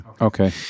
Okay